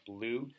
Blue